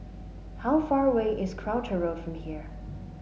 how far away is Croucher Road from here